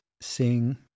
sing